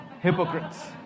hypocrites